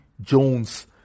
Jones